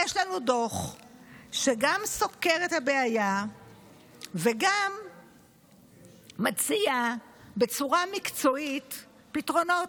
יש לנו דוח שגם סוקר את הבעיה וגם מציע בצורה מקצועית פתרונות.